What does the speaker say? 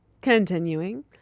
Continuing